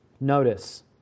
Notice